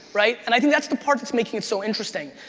right? and i think that's the part that's making it so interesting.